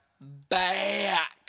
back